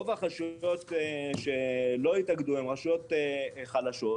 רוב הרשויות שלא יתאגדו הן רשויות חלשות,